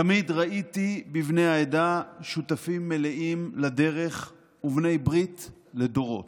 תמיד ראיתי בבני העדה שותפים מלאים לדרך ובני ברית לדורות.